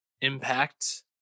impact